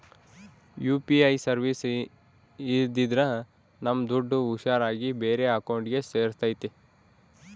UPI services ಇದ್ರಿಂದ ನಮ್ ದುಡ್ಡು ಹುಷಾರ್ ಆಗಿ ಬೇರೆ ಅಕೌಂಟ್ಗೆ ಸೇರ್ತೈತಿ